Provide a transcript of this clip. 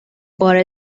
بار